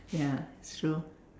ya it's true